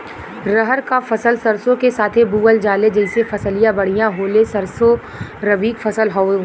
रहर क फसल सरसो के साथे बुवल जाले जैसे फसलिया बढ़िया होले सरसो रबीक फसल हवौ